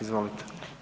Izvolite.